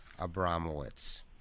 Abramowitz